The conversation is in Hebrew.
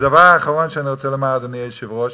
ודבר אחרון שאני רוצה לומר, אדוני היושב-ראש,